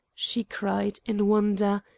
she cried, in wonder,